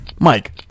Mike